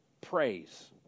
praise